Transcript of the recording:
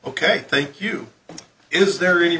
ok thank you is there any